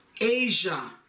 Asia